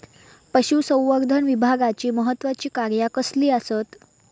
पशुसंवर्धन विभागाची महत्त्वाची कार्या कसली आसत?